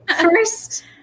first